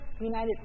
United